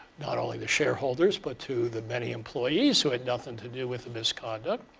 not only the shareholders, but to the many employees who had nothing to do with the misconduct.